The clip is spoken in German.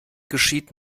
geschieht